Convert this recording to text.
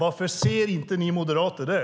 Varför ser inte ni moderater det?